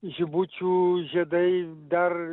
žibučių žiedai dar